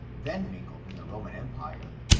then min gled in the roman empire,